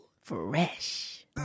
Fresh